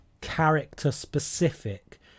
character-specific